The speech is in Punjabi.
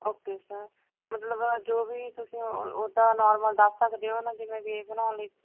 ਓਕੇ ਸਰ ਮਤਲਬ ਜੋ ਵੀ ਤੁਸੀਂ ਉਦਾਂ ਨੋਰਮਲ ਦੱਸ ਸਕਦੇ ਹੋ ਜਿਵੇਂ ਵੀ ਬਣਾਉਣ ਲਈ